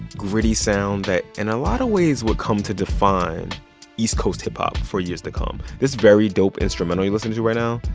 gritty sound that, in a lot of ways, would come to define east coast hip-hop for years to come. this very dope instrumental you're listening to right now,